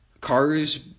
Cars